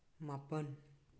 ꯃꯥꯄꯜ